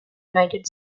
united